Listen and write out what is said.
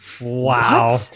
wow